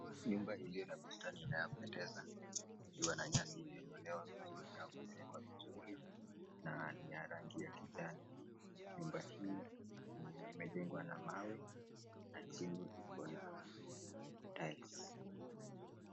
Nyumba iliyo na bustani ambayo inapendeza ikiwa na nyasi iliyong'olewa vizuri au kufyekwa vizuri na ni ya rangi ya kijani. Nyumba hii imejengwa na mawe na chini iko na tiles .